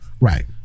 Right